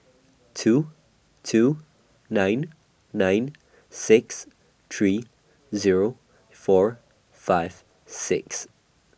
two two nine nine six three Zero four five six